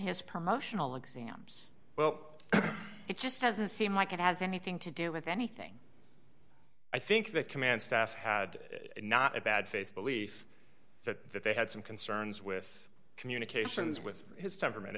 his promotional exams well it just doesn't seem like it has anything to do with anything i think the command staff had not a bad faith belief that they had some concerns with communications with his temperament